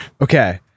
Okay